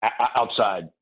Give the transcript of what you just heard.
Outside